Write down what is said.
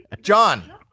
John